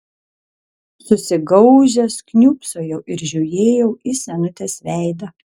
susigaužęs kniūbsojau ir žiūrėjau į senutės veidą